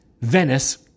Venice